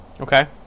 okay